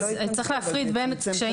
צריך להפריד בין קשיים